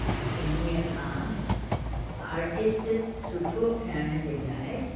उन ई खां आर्टिस्ट सुठो ठहिण जे लाइ